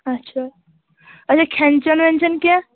اچھا اچھا کھیٚن چیٚن ویٚن چیٚن کیٛاہ